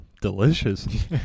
Delicious